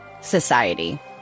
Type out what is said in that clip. society